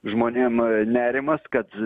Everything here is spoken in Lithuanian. žmonėm nerimas kad